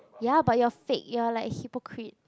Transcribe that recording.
ya but your fake your like hypocrite